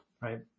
right